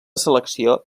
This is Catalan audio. selecció